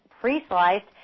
pre-sliced